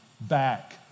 back